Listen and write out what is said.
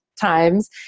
times